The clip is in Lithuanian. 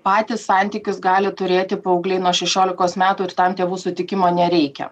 patys santykius gali turėti paaugliai nuo šešiolikos metų ir tam tėvų sutikimo nereikia